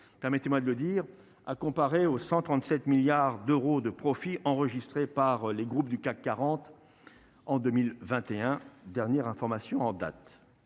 permettez-moi de le dire, à comparer aux 137 milliards d'euros de profits enregistrés par les groupes du CAC 40 en 2021 dernière information en date,